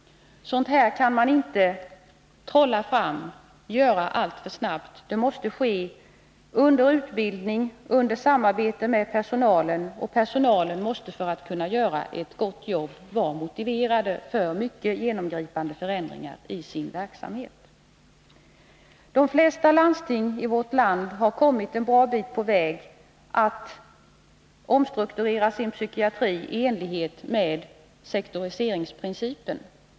Man kan därför inte genomföra den alltför snabbt. Den måste ske samtidigt med att utbildning ges och i samarbete med personalen. Personalen måste, för att kunna göra ett gott arbete, vara motiverad för dessa mycket genomgripande förändringar i sin verksamhet. De flesta landsting i vårt land har kommit en bra bit på väg när det gäller att omstrukturera sin psykiatri i enlighet med sektoriseringsprincipen.